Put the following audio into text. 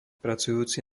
pracujúci